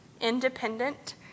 independent